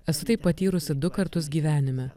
esu tai patyrusi du kartus gyvenime